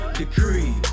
decree